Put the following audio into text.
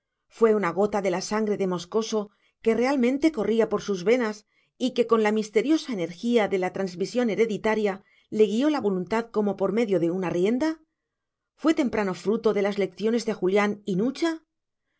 fue una gota de la sangre de moscoso que realmente corría por sus venas y que con la misteriosa energía de la transmisión hereditaria le guió la voluntad como por medio de una rienda fue temprano fruto de las lecciones de julián y nucha